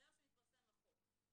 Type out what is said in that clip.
ביום שהתפרסם החוק,